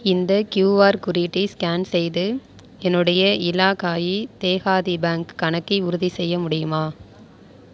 இந்த க்யூஆர் குறியீட்டை ஸ்கேன் செய்து என்னுடைய இலாகாயி தேஹாதி பேங்க் கணக்கை உறுதிசெய்ய முடியுமா